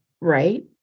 right